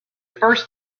first